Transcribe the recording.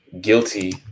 guilty